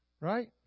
Right